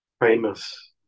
famous